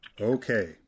Okay